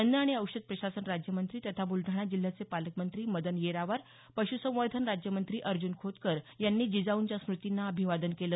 अन्न आणि औषध प्रशासन राज्यमंत्री तथा बुलडाणा जिल्ह्याचे पालकमंत्री मदन येरावार पश्रसंवर्धन राज्यमंत्री अर्ज्ञन खोतकर यांनी जिजाऊंच्या स्मुतींना अभिवादन केलं